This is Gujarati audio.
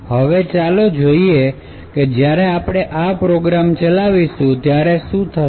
હવે ચાલો જોઈએ કે જ્યારે આપણે આ પ્રોગ્રામ ચલાવીશું ત્યારે શું થશે